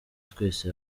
twese